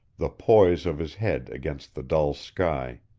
the poise of his head against the dull sky.